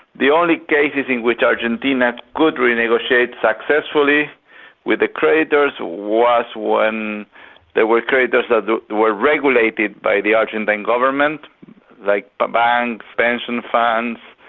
the only cases in which argentina could renegotiate successfully with the creditors was when there were creditors that were regulated by the argentine government like but banks, pension funds,